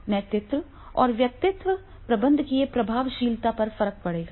नेतृत्व और व्यक्तित्व प्रबंधकीय प्रभावशीलता पर फर्क पड़ेगा